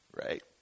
Right